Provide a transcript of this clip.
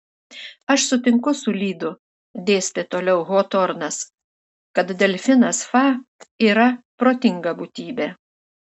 aš sutinku su lydu dėstė toliau hotornas kad delfinas fa yra protinga būtybė